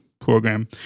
program